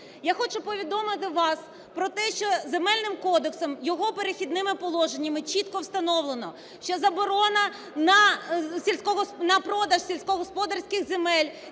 Я хочу повідомити вас про те, що Земельним кодексом, його "Перехідними положеннями" чітко встановлено, що заборона на продаж сільськогосподарських земель